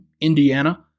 Indiana